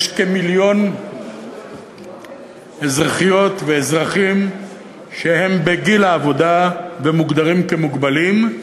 יש כמיליון אזרחיות ואזרחים שהם בגיל העבודה ומוגדרים מוגבלים,